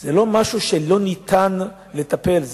שזה לא משהו שלא ניתן לטפל בו,